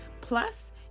Plus